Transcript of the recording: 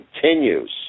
continues